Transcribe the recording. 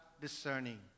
discerning